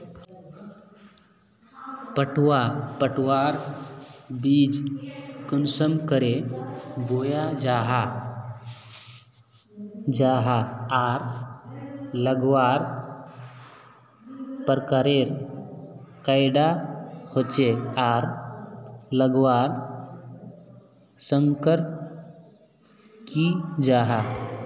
पटवा पटवार बीज कुंसम करे बोया जाहा जाहा आर लगवार प्रकारेर कैडा होचे आर लगवार संगकर की जाहा?